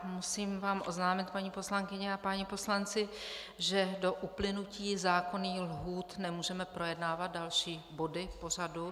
Musím vás oznámit, paní poslankyně a páni poslanci, že do uplynutí zákonných lhůt nemůžeme projednávat další body pořadu.